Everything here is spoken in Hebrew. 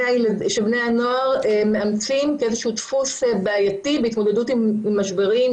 הנוער מאמצים כאיזשהו דפוס בעייתי בהתמודדות עם משברים,